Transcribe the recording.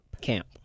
Camp